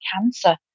cancer